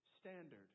standard